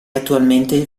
attualmente